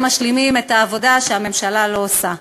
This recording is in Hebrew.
משלימים את העבודה שהממשלה לא עושה.